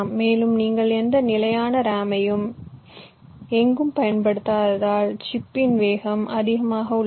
மேலும் நீங்கள் எந்த நிலையான ரேமையும் எங்கும் பயன்படுத்தாததால் சிப்பின் வேகம் அதிகமாக உள்ளது